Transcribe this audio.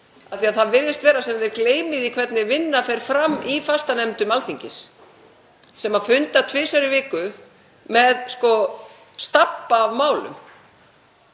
því að það virðist vera sem þeir gleymi því hvernig vinna fer fram í fastanefndum Alþingis sem funda tvisvar í viku með stabba af málum.